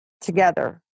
together